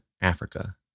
Africa